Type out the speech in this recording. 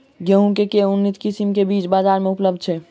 गेंहूँ केँ के उन्नत किसिम केँ बीज बजार मे उपलब्ध छैय?